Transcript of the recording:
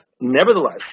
nevertheless